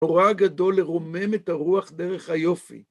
נורא גדול לרומם את הרוח דרך היופי.